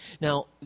Now